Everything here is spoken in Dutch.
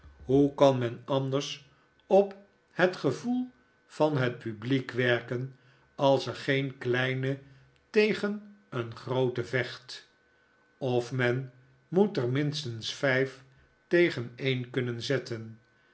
hoe kan men anders op het genikolaas in gesprek met den heer crummles voel van het publiek werken als er geen meine tegen een groote vecht of men moet er minstens vijf tegen een kunnen zetten